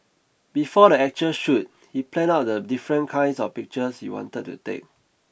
before the actual shoot he planned out the different kinds of pictures he wanted to take